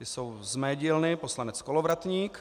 Jsou z mé dílny, poslanec Kolovratník.